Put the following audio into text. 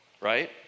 right